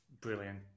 Brilliant